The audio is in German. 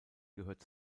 gehört